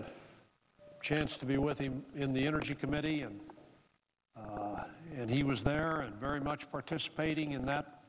the chance to be with him in the energy committee and and he was there and very much participating in that